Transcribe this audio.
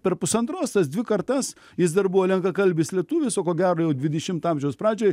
per pusantros tas dvi kartas jis dar buvo lenkakalbis lietuvis o ko gero jau dvidešimto amžiaus pradžioj